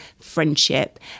friendship